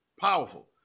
Powerful